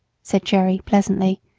said jerry pleasantly,